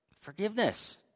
forgiveness